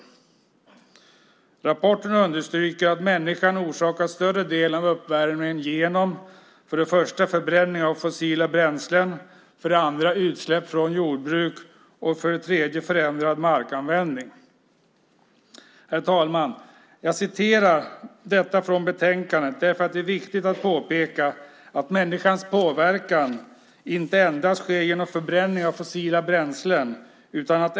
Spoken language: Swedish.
I rapporten understryker man att människan har orsakat större delen av uppvärmningen genom 1. förbränning av fossila bränslen 2. utsläpp från jordbruk 3. förändrad markanvändning. Herr talman! Jag hämtar detta från betänkandet därför att det är viktigt att påpeka att människans påverkan inte endast sker genom förbränning av fossila bränslen.